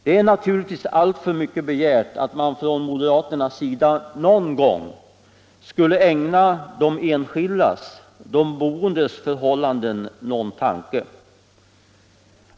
Det är naturligtvis alltför mycket begärt att moderaterna någon gång skulle ägna de enskildas, de boendes förhållanden någon tanke.